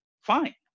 fine